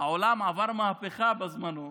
העולם עבר מהפכה מאז,